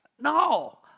no